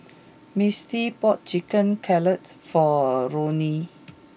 Mistie bought Chicken Cutlet for Ruie